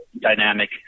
dynamic